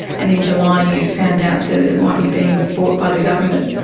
and in july you found out that it might be being bought by the government.